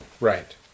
Right